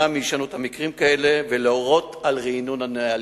מהישנות מקרים כאלה ולהורות על רענון הנהלים.